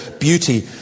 beauty